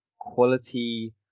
quality